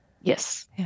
Yes